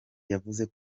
yavuze